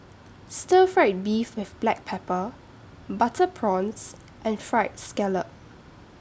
Stir Fried Beef with Black Pepper Butter Prawns and Fried Scallop